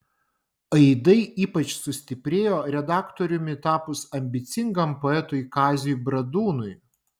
aidai ypač sustiprėjo redaktoriumi tapus ambicingam poetui kaziui bradūnui